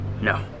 No